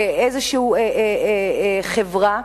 כאיזו חברה,